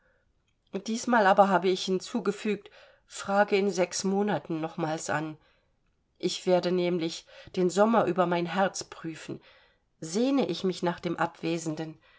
diesmal aber habe ich hinzugefügt frage in sechs monaten nochmals an ich werde nämlich den sommer über mein herz prüfen sehne ich mich nach dem abwesenden